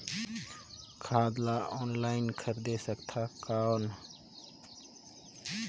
खाद ला ऑनलाइन खरीदे सकथव कौन?